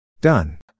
Done